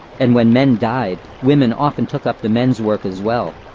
and when men died, women often took up the men's work as well.